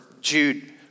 Jude